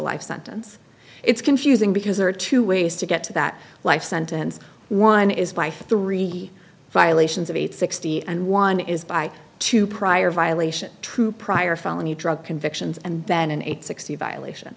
life sentence it's confusing because there are two ways to get to that life sentence one is by three violations of age sixty and one is by two prior violation true prior felony drug convictions and then an eight sixty violation